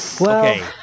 Okay